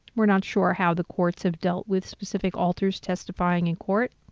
we're not sure how the courts have dealt with specific alters testifying in court.